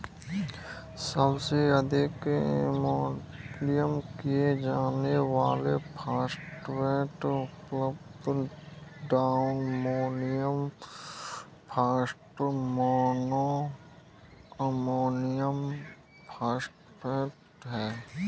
सबसे अधिक इस्तेमाल किए जाने वाले फॉस्फेट उर्वरक diammonium phosphate, mono ammonium phosphate हैं